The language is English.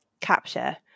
capture